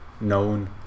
Known